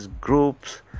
groups